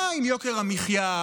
מה עם יוקר המחיה?